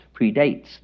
predates